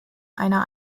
einer